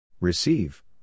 Receive